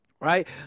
right